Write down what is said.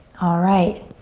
alright,